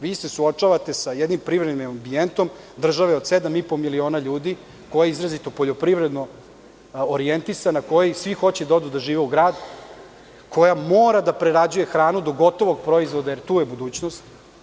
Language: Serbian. Vi se suočavate sa jednim privrednim ambijentom države od 7,5 miliona ljudi, koja je izrazito poljoprivredno orijentisana, koji svi hoće da žive u grad, koja mora da prerađuje hranu do gotovog proizvoda jer tu je budućnost.